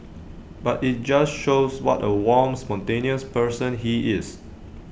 but IT just shows what A warm spontaneous person he is